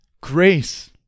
Grace